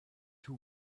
two